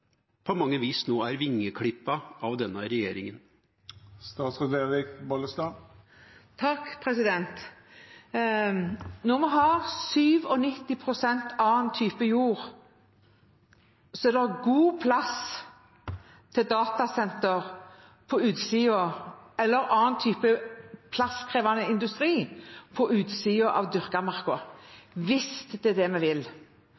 på mange vis nå er vingeklippet av denne regjeringa. Når vi har 97 pst. annen type jord, er det god plass til datasenter eller annen type plasskrevende industri på utsiden av dyrka mark, hvis det er det vi vil.